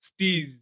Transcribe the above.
Steez